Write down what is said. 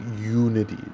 unity